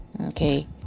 Okay